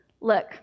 Look